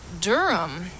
durham